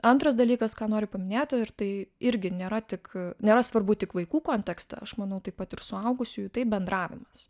antras dalykas ką noriu paminėt ir tai irgi nėra tik nėra svarbu tik vaikų kontekste aš manau taip pat ir suaugusiųjų tai bendravimas